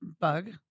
bug